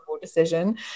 decision